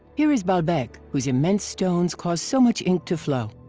here is baalbek, whose immense stones cause so much ink to flow!